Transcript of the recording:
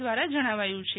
દ્વારા જણાવાયું છે